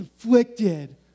conflicted